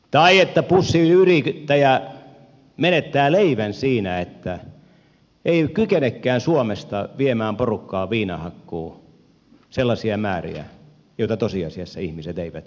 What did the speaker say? tai että bussiyrittäjä menettää leivän siinä että ei kykenekään suomesta viemään porukkaa hakemaan viinaa sellaisia määriä joita tosiasiassa ihmiset eivät itse käytä